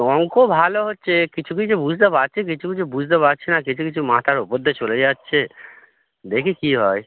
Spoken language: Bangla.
অঙ্ক ভালো হচ্ছে কিছু কিছু বুঝতে পারছি কিছু কিছু বুঝতে পারছি না কিছু কিছু মাথার ওপর দিয়ে চলে যাচ্ছে দেখি কী হয়